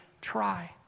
try